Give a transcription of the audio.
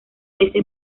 ese